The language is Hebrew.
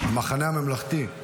המחנה הממלכתי,